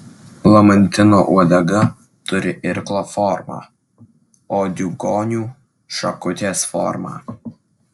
lamantino uodega turi irklo formą o diugonių šakutės formą